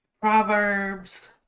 Proverbs